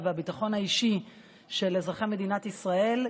והביטחון האישי של אזרחי מדינת ישראל.